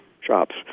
shops